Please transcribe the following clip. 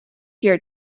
here